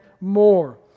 more